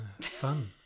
Fun